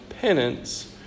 penance